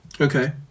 Okay